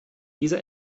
diese